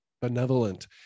benevolent